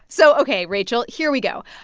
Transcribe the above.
so ok, rachel, here we go.